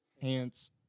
pants